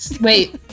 wait